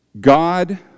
God